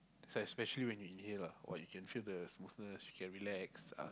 especially when you inhale ah !wah! you can feel the smoothness you can relax ah